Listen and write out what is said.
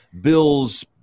Bills